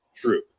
true